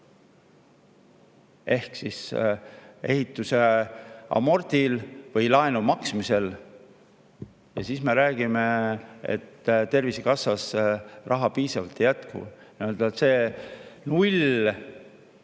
ehk siis ehituse [amortisatsioonil] või laenu maksmisel. Ja siis me räägime, et Tervisekassas raha piisavalt ei jätku. See nulleelarve